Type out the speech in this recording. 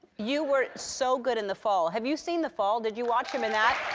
you were so good in the fall. have you seen the fall? did you watch him in that?